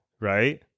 right